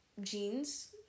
jeans